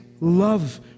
love